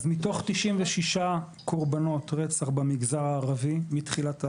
אז מתוך 96 קורבנות רצח במגזר הערבי מתחילת השנה,